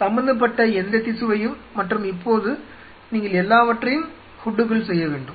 சம்பந்தப்பட்ட எந்த திசுவையும் மற்றும் இப்போது நீங்கள் எல்லாவற்றையும் ஹூட்டுக்குள் செய்ய வேண்டும்